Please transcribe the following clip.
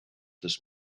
this